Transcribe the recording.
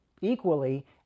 equally